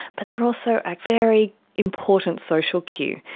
but they are also a very important social cue.